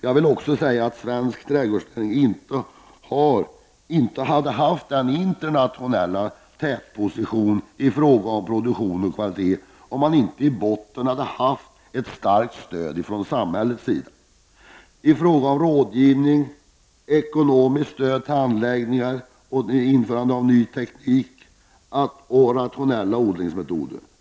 Jag vill också säga att svensk trädgårdsnäring inte skulle ha haft en tätposition internationellt beträffande produktion och kvalitet om det inte i botten hade funnits ett starkt stöd från samhällets sida. Det handlar då om rådgivning, ekonomiskt stöd till anläggningar, införande av ny teknik och rationella odlingsmetoder.